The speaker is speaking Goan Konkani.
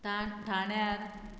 ठाण्यार